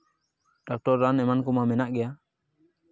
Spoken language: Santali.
ᱰᱚᱠᱴᱚᱨ ᱨᱟᱱ ᱮᱢᱟᱱ ᱠᱚᱢᱟ ᱢᱮᱱᱟᱜ ᱜᱮᱭᱟ